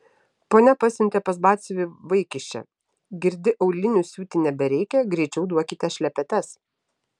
ponia pasiuntė pas batsiuvį vaikiščią girdi aulinių siūti nebereikia greičiau duokite šlepetes